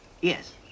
Yes